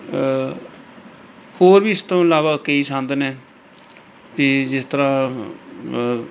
ਹੋਰ ਵੀ ਇਸ ਤੋਂ ਇਲਾਵਾ ਕਈ ਸੰਦ ਨੇ ਅਤੇ ਜਿਸ ਤਰ੍ਹਾਂ